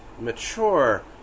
mature